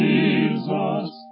Jesus